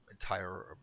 entire